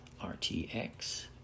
RTX